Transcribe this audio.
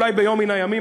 אולי ביום מן הימים,